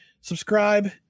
subscribe